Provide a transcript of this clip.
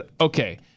okay